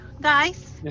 guys